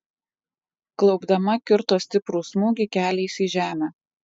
klaupdama kirto stiprų smūgį keliais į žemę